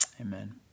Amen